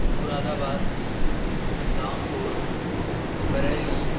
Moradabad Rampur Bareilly